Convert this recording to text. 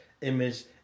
image